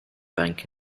bank